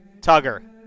Tugger